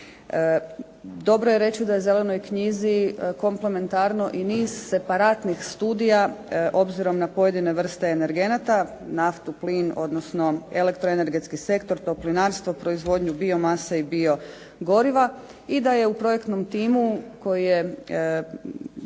Dobro je reći da u Zelenoj knjizi komplementarno i niz separatnih studija obzirom na pojedine vrste energenata, naftu, plin, odnosno elektroenergetski sektor, toplinarstvo, proizvodnju bio mase i bio goriva i da je u projektnom timu koji je